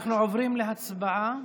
אנחנו עוברים להצבעה.